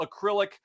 acrylic